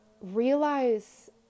realize